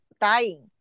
dying